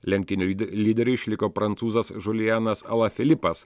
lenktynių lyderiu išliko prancūzas žulianas ala filipas